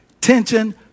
tension